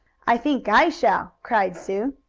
i think i shall, cried sue.